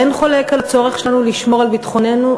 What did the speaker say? אין חולק על הצורך שלנו לשמור על ביטחוננו,